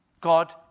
God